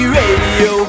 radio